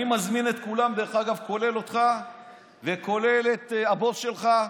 אני מזמין את כולם, כולל אותך וכולל את הבוס שלך,